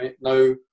no